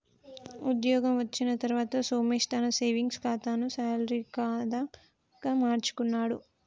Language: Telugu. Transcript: ఉద్యోగం వచ్చిన తర్వాత సోమేశ్ తన సేవింగ్స్ కాతాను శాలరీ కాదా గా మార్చుకున్నాడు